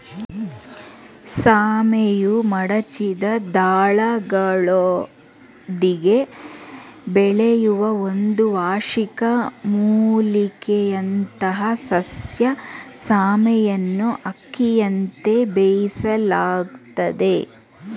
ಸಾಮೆಯು ಮಡಚಿದ ದಳಗಳೊಂದಿಗೆ ಬೆಳೆಯುವ ಒಂದು ವಾರ್ಷಿಕ ಮೂಲಿಕೆಯಂಥಸಸ್ಯ ಸಾಮೆಯನ್ನುಅಕ್ಕಿಯಂತೆ ಬೇಯಿಸಲಾಗ್ತದೆ